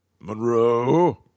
Monroe